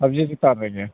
ᱥᱚᱵᱽᱡᱤ ᱪᱮᱛᱟᱱ ᱨᱮᱜᱮ